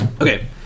Okay